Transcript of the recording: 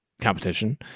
competition